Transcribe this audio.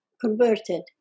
converted